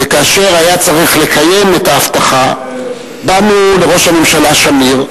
וכאשר היה צריך לקיים את ההבטחה באנו לראש הממשלה שמיר,